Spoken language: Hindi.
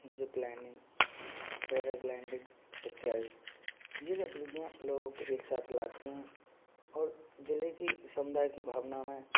जिपलाइनिंग पैराग्लाइंडिंग इत्यादि ये गतिविधियाँ लोगों को एक साथ लाती हैं और जिले की समुदाय की भावना में